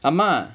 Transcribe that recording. ஆமா:aamaa